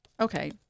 Okay